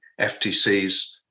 ftc's